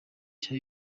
cya